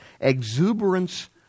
exuberance